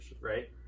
right